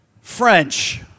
French